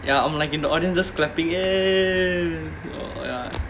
ya I'm like in the audience just clapping !yay! oh ya